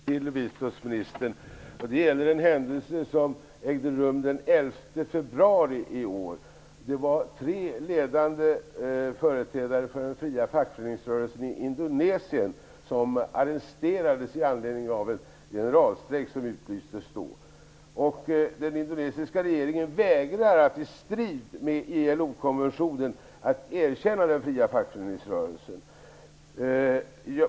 Herr talman! Jag vill också ställa en fråga till biståndsministern. Det gäller en händelse som ägde rum den 11 februari i år. Tre ledande företrädare för den fria fackföreningsrörelsen i Indonesien arresterades i anledning av en generalstrejk som utlystes då. I strid med ILO-konventionen vägrar den indonesiska regeringen att erkänna den fria fackföreningsrörelsen.